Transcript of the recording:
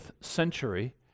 century